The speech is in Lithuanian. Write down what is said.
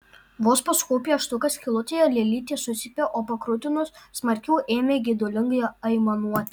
vos pasukau pieštuką skylutėje lėlytė sucypė o pakrutinus smarkiau ėmė geidulingai aimanuoti